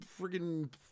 freaking